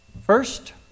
First